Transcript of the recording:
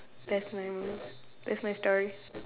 that's my move that's my story